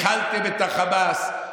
הכלתם את החמאס,